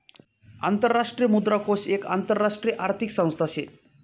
आंतरराष्ट्रीय मुद्रा कोष एक आंतरराष्ट्रीय आर्थिक संस्था शे